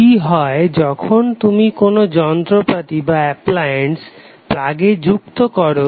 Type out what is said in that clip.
কি হয় যখন তুমি কোনো যন্ত্রপাতি প্লাগে যুক্ত করো